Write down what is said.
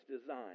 design